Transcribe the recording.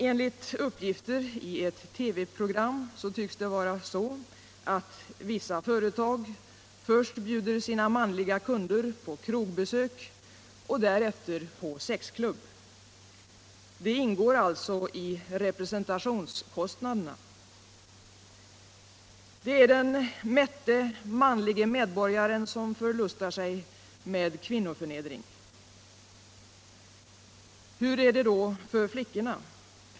Enligt uppgitter i ett TV-program tycks det bl.a. vara så att vissa företag först bjuder sina manliga kunder på krogbesök och därefter på sexklubb. Det ingår alltså i representationskostnaderna. Det är den mätte. manlige medborgaren som förlustar sig med kvinnoförnedring. Hur är det då för flickorna?